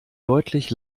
deutlich